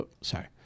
sorry